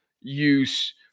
use